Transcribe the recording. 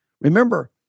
Remember